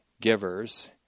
givers